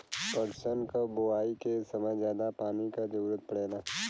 पटसन क बोआई के समय जादा पानी क जरूरत पड़ेला